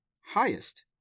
highest